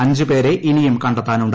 അഞ്ച് പേരെ ഇനിയും കണ്ടെത്താനുണ്ട്